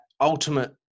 ultimate